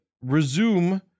resume